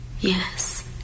Yes